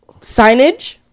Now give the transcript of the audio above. signage